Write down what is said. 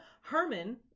Herman